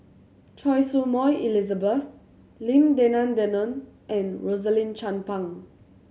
Choy Su Moi Elizabeth Lim Denan Denon and Rosaline Chan Pang